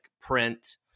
print